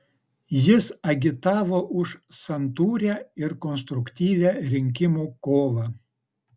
jis agitavo už santūrią ir konstruktyvią rinkimų kovą